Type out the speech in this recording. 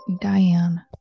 Diane